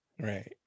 Right